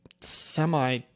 semi